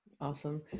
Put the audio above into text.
Awesome